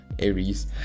Aries